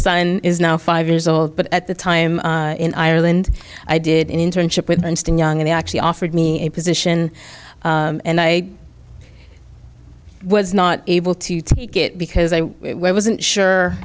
son is now five years old but at the time in ireland i did an internship with and still young and actually offered me a position and i was not able to take it because i wasn't sure